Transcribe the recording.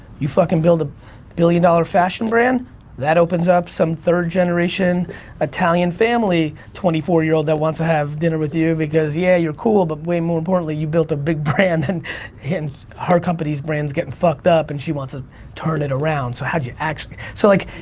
you fucking build a billion dollar fashion brand that opens up some third generation italian family twenty four year old that wants to have dinner with you because yeah, you're cool, but way more importantly you built a big brand and and her company's brand is getting fucked up and she wants turn it around. so how do you actually, so like,